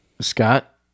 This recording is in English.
Scott